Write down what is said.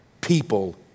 people